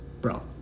Bro